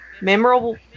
memorable